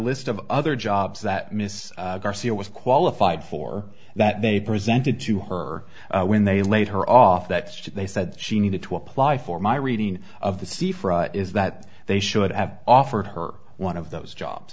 list of other jobs that mrs garcia was qualified for that they presented to her when they laid her off that they said she needed to apply for my reading of the c for is that they should have offered her one of those jobs